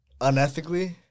unethically